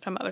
framöver.